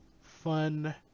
fun